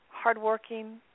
hardworking